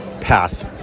pass